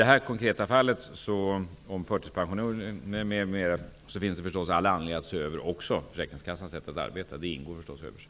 Det finns naturligtvis all anledning att också se över försäkringskassans sätt att arbeta vad gäller förtidspensionering m.m. Det ingår förstås i översynen.